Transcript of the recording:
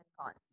cons